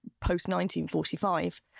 post-1945